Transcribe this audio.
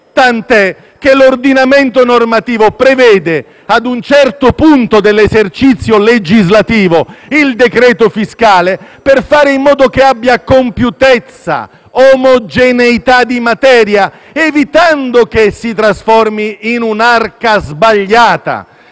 tant'è che l'ordinamento normativo prevede, ad un certo punto dell'esercizio legislativo, il decreto-fiscale, per fare in modo che abbia compiutezza e omogeneità di materia, evitando che si trasformi in un'arca sbagliata.